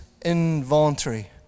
involuntary